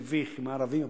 מביך, עם הערבים הפלסטינים,